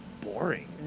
boring